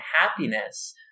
happiness